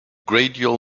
gradual